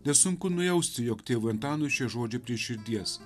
nesunku nujausti jog tėvui antanui šie žodžiai prie širdies